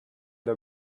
the